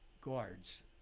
guards